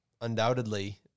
undoubtedly